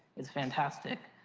is fantastic.